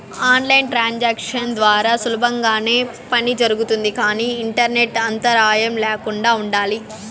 on line transactions ద్వారా సులభంగానే పని జరుగుతుంది కానీ ఇంటర్నెట్ అంతరాయం ల్యాకుండా ఉండాలి